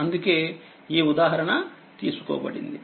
అందుకే ఈ ఉదాహరణతీసుకోబడింది